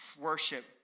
Worship